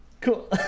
Cool